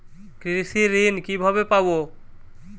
কৃষি ঋন কিভাবে পাব?